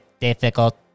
difficult